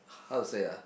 how to say ah